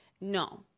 No